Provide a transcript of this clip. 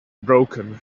broken